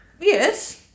yes